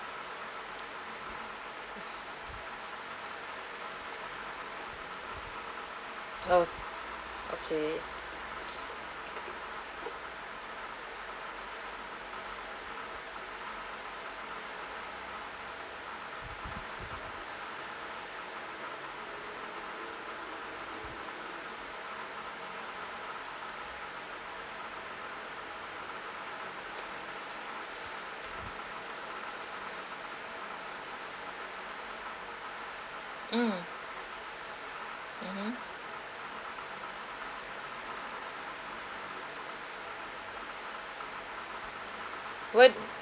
oh okay mm mmhmm what